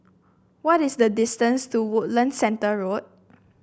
what is the distance to Woodlands Centre Road